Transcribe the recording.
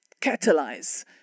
catalyze